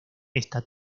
esta